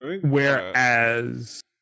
whereas